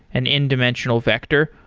an in dimensional vector.